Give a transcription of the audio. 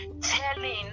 telling